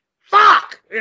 Fuck